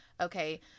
okay